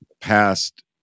past